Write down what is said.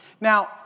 Now